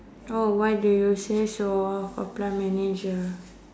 oh why do you say so a plant manager